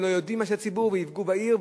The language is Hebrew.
הם יפגעו בעיר,